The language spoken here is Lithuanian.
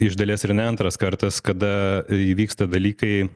iš dalies ir ne antras kartas kada įvyksta dalykai